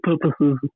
purposes